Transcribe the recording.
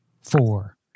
four